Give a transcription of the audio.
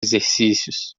exercícios